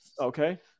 Okay